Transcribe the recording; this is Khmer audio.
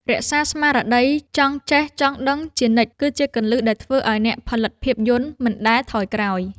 រក្សាស្មារតីចង់ចេះចង់ដឹងជានិច្ចគឺជាគន្លឹះដែលធ្វើឱ្យអ្នកផលិតភាពយន្តមិនដែលថយក្រោយ។